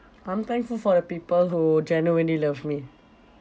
I'm thankful for the people who genuinely love me